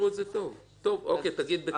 שוב